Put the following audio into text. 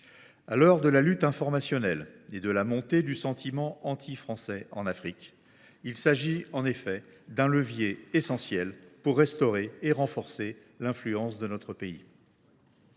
À l’heure de la lutte informationnelle et de la montée du sentiment antifrançais en Afrique, il s’agit en effet d’un levier essentiel pour restaurer et renforcer l’influence de notre pays.